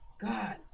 God